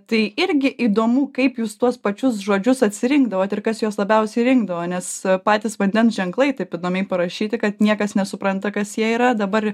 tai irgi įdomu kaip jūs tuos pačius žodžius atsirinkdavote ir kas juos labiausiai rinkdavo nes patys vandens ženklai taip įdomiai parašyti kad niekas nesupranta kas jie yra dabar